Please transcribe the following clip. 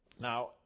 Now